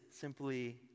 simply